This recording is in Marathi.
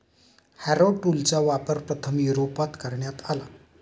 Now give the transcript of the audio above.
हॅरो टूलचा वापर प्रथम युरोपात करण्यात आला